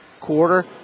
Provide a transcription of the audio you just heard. quarter